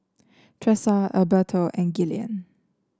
Tressa Alberto and Gillian